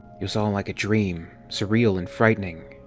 it was all like a dream, surreal and frightening.